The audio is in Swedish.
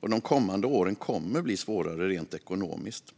De kommande åren kommer att bli svårare rent ekonomiskt.